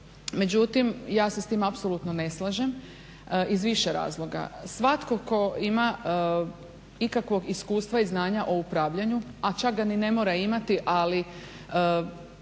Međutim, ja se s tim apsolutno ne slažem iz više razloga. Svatko tko ima ikakvog iskustva i znanja o upravljanju, a čak ga ni ne mora imati, ali